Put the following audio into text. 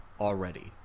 already